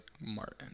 Martin